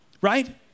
right